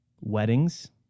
weddings